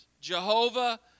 Jehovah